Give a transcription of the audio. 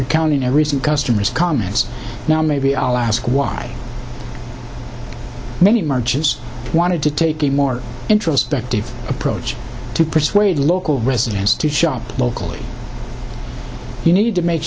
recounting a recent customers comments now maybe i'll ask why many marches wanted to take a more introspective approach to persuade local residents to shop locally you need to make